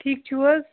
ٹھیٖک چھُو حظ